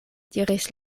diris